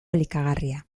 elikagarria